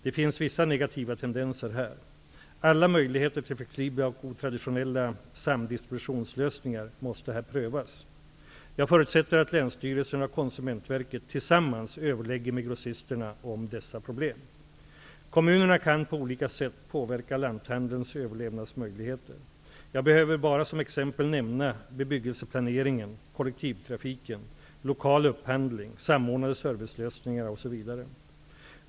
Det finns vissa negativa tendenser här. Alla möjligheter till flexibla och otraditionella samdistributionslösningar måste prövas. Jag förutsätter att länsstyrelserna och Konsumentverket tillsammans överlägger med grossisterna om dessa problem. Kommunerna kan på olika sätt påverka lanthandelns överlevnadsmöjligheter. Jag behöver bara som exempel nämna bebyggelseplaneringen, kollektivtrafiken, lokal upphandling, samordnade servicelösningar osv.